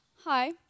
Hi